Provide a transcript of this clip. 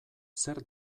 zer